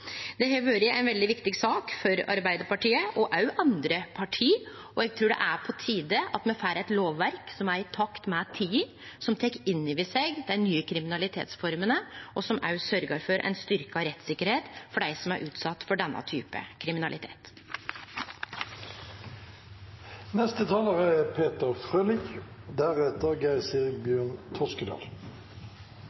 Det har vore ei veldig viktig sak for Arbeidarpartiet, og også for andre parti, og eg trur det er på tide at me får eit lovverk som er i takt med tida, som tek inn over seg dei nye kriminalitetsformene, og som også sørgjer for ei styrkt rettssikkerheit for dei som er utsette for denne